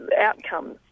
outcomes